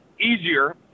easier